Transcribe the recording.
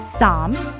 Psalms